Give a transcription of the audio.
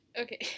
okay